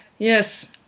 Yes